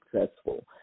successful